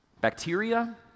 Bacteria